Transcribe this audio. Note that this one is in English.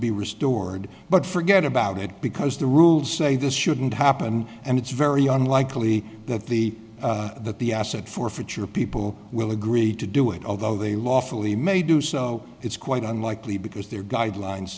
be restored but forget about it because the rules say this shouldn't happen and it's very unlikely that the that the asset forfeiture people will agree to do it although they lawfully may do so it's quite unlikely because their guidelines